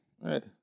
Right